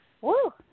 Woo